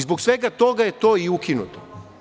Zbog svega toga je to i ukinuto.